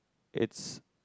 it